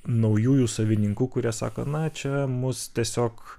naujųjų savininkų kurie sako na čia mus tiesiog